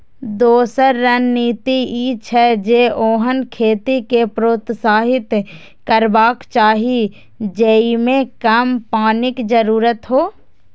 दोसर रणनीति ई छै, जे ओहन खेती कें प्रोत्साहित करबाक चाही जेइमे कम पानिक जरूरत हो